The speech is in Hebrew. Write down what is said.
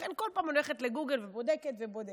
לכן, אני כל פעם הולכת לגוגל ובודקת ובודקת.